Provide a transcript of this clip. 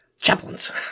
chaplains